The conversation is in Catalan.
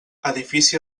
edifici